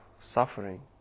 Suffering